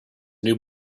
new